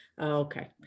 okay